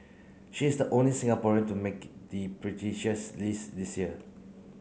she is the only Singaporean to make the prestigious list this year